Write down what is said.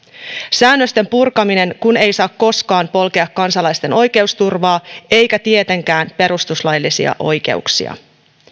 säännösten purkaminen kun ei koskaan saa polkea kansalaisten oikeusturvaa eikä tietenkään perustuslaillisia oikeuksia